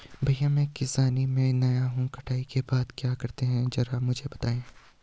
भैया मैं किसानी में नया हूं कटाई के बाद क्या करते हैं जरा मुझे बताएं?